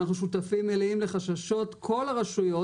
אנחנו שותפים מלאים לחששות כל הרשויות